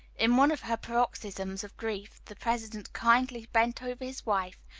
in one of her paroxysms of grief the president kindly bent over his wife,